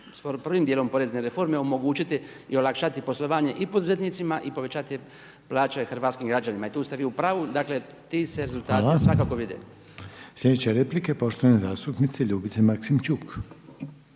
prvim djelom porezne reforme omogućiti i olakšati poslovanje i poduzetnicima i povećati plaće hrvatskim građanima i tu ste vi u pravu. Dakle ti se rezultati svakako vide. **Reiner, Željko (HDZ)** Hvala. Slijedeća replika je poštovane zastupnice Ljubice Maksimčuk.